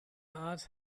art